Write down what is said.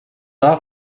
daha